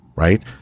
Right